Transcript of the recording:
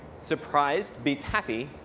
surprise beats happy,